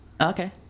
Okay